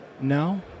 No